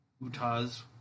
Utah's